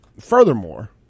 furthermore